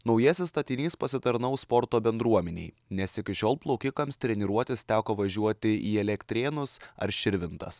naujasis statinys pasitarnaus sporto bendruomenei nes iki šiol plaukikams treniruotis teko važiuoti į elektrėnus ar širvintas